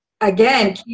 again